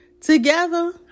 together